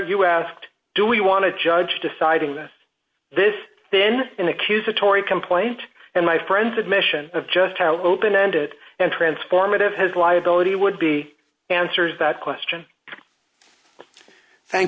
you asked do we want to judge deciding that this then an accusatory complaint and my friend admission of just how open ended and transformative has liability would be answers that question